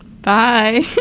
bye